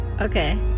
Okay